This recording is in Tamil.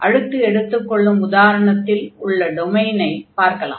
அடுத்து எடுத்துக் கொள்ளும் உதாரணத்தில் உள்ள டொமைனை பார்க்கலாம்